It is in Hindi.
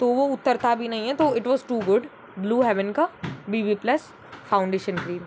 तो वो उतरता भी नहीं है तो it was too good blue heaven का B B plus foundation cream